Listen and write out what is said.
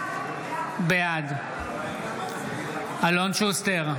בעד אלון שוסטר,